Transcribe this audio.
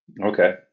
Okay